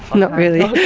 not really!